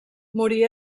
morí